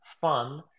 fun